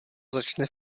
začne